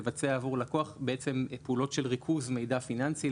לבצע עבור לקוח עבור לקוח פעולות של ריכוז מידע פיננסי,